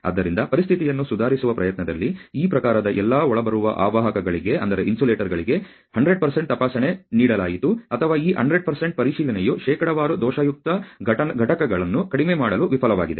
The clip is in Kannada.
ಆದ್ದರಿಂದ ಪರಿಸ್ಥಿತಿಯನ್ನು ಸುಧಾರಿಸುವ ಪ್ರಯತ್ನದಲ್ಲಿ ಈ ಪ್ರಕಾರದ ಎಲ್ಲಾ ಒಳಬರುವ ಅವಾಹಕಗಳಿಗೆ 100 ತಪಾಸಣೆ ನೀಡಲಾಯಿತು ಅಥವಾ ಈ 100 ಪರಿಶೀಲನೆಯು ಶೇಕಡಾವಾರು ದೋಷಯುಕ್ತ ಘಟಕಗಳನ್ನು ಕಡಿಮೆ ಮಾಡಲು ವಿಫಲವಾಗಿದೆ